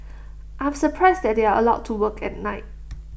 I'm surprised that they are allowed to work at night